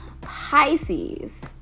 Pisces